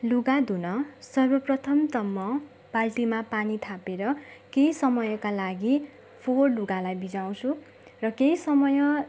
लुगा धुन सर्वप्रथम त म बाल्टीमा पानी थापेर केही समयका लागि फोहर लुगालाई भिजाउँछु र केही समय